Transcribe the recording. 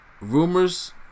rumors